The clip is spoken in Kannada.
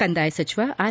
ಕಂದಾಯ ಸಚಿವ ಆರ್